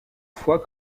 foi